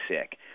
sick